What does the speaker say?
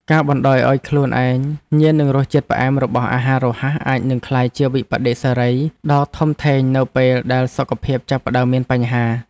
ការបណ្តោយឲ្យខ្លួនឯងញៀននឹងរសជាតិផ្អែមរបស់អាហាររហ័សអាចនឹងក្លាយជាវិប្បដិសារីដ៏ធំធេងនៅពេលដែលសុខភាពចាប់ផ្តើមមានបញ្ហា។